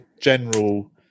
general